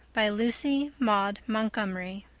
by lucy maud montgomery